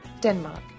Denmark